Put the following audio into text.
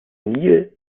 nil